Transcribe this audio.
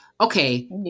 okay